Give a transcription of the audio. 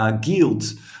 guilds